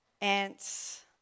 ants